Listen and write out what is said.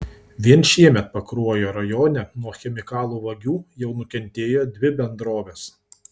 vien šiemet pakruojo rajone nuo chemikalų vagių jau nukentėjo dvi bendrovės